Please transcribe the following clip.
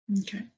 Okay